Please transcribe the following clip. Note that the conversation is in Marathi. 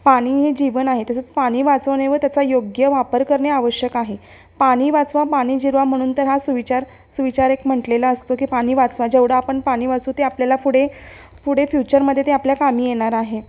पानी हे जीवन आहे तसंच पाणी वाचवणे व त्याचा योग्य वापर करणे आवश्यक आहे पाणी वाचवा पाणी जिरवा म्हणून तर हा सुविचार सुविचार एक म्हटलेला असतो की पाणी वाचवा जेवढं आपण पाणी वाचवू ते आपल्याला पुढे पुढे फ्युचरमध्ये ते आपल्या कामी येणार आहे